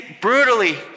brutally